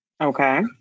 Okay